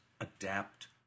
adapt